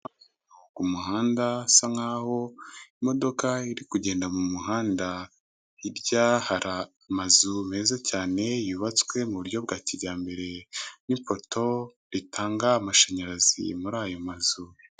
Ku muhanda hasa nk'aho imodoka iri kugenda mu muhanda. Hirya hari amazu meza cyane yubatse mu buryo bwa kijyambere. N'ipoto ritanga amahanyarazi muri ayo mazu.